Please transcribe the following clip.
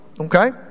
okay